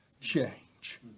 change